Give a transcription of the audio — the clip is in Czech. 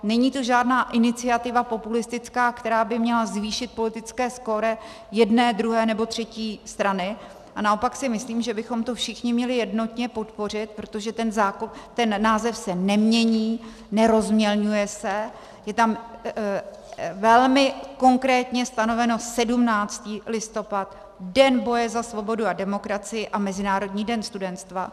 Není žádná populistická iniciativa, která by měla zvýšit politické skóre jedné, druhé nebo třetí strany, a naopak si myslím, že bychom to všichni měli jednotně podpořit, protože ten název se nemění, nerozmělňuje se, je tam velmi konkrétně stanoveno 17. listopad Den boje za svobodu a demokracii a Mezinárodní den studentstva.